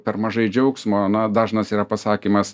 per mažai džiaugsmo na dažnas yra pasakymas